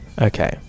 Okay